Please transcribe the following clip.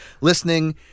listening